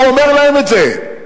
הוא אומר להם את זה.